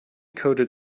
coated